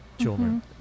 children